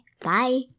Bye